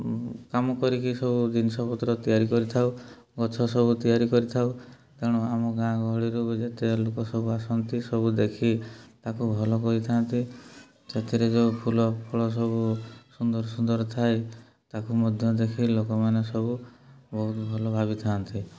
କାମ କରିକି ସବୁ ଜିନିଷ ପତ୍ର ତିଆରି କରିଥାଉ ଗଛ ସବୁ ତିଆରି କରିଥାଉ ତେଣୁ ଆମ ଗାଁ ଗହଳିରୁ ଯେତେ ଲୋକ ସବୁ ଆସନ୍ତି ସବୁ ଦେଖି ତାକୁ ଭଲ କରିଥାନ୍ତି ସେଥିରେ ଯୋଉ ଫୁଲ ଫଳ ସବୁ ସୁନ୍ଦର ସୁନ୍ଦର ଥାଏ ତାକୁ ମଧ୍ୟ ଦେଖି ଲୋକମାନେ ସବୁ ବହୁତ ଭଲ ଭାବିଥାନ୍ତି